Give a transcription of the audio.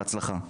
בהצלחה,